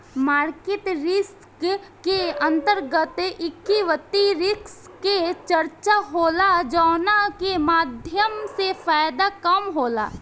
market risk के अंतर्गत equity risk के चर्चा होला जावना के माध्यम से फायदा कम होला